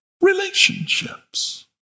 Relationships